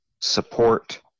support